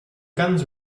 guns